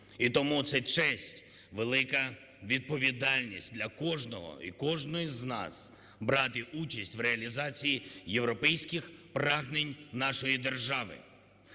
І тому це честь, велика відповідальність для кожного і кожного з нас брати участь в реалізації європейських прагнень нашої держави.